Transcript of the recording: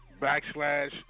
backslash